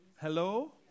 Hello